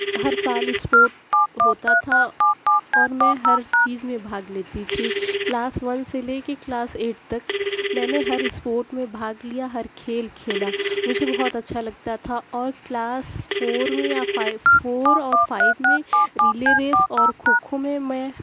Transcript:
ہر سال اسپورٹ ہوتا تھا اور میں ہر چیز میں بھاگ لیتی تھی کلاس ون سے لے کے کلاس ایٹ تک میں نے ہر اسپورٹ میں بھاگ لیا ہر کھیل کھیلا مجھے بہت اچھا لگتا تھا اور کلاس فور میں یا فائیف فور اور فائیو میں ریلے ریس اور کھوکھو میں میں